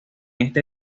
esta